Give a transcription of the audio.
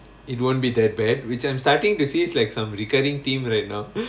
it won't be that bad which I'm starting to see is like some recurring theme right now